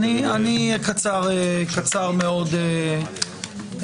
אני אהיה קצר מאוד אדוני,